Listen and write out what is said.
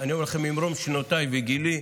אני אומר לכם ממרום שנותיי וגילי,